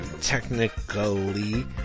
technically